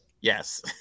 Yes